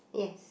yes